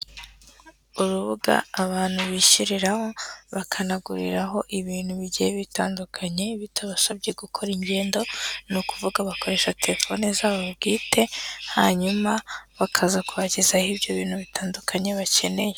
Urubuga abantu bishyiriraho bakanaguriraho ibintu bigiye bitandukanye bitabasabye gukora ingendo, ni ukuvuga bakoresha terefone zabo bwite hanyuma bakaza kubagezaho ibyo bintu bitandukanye bakeneye.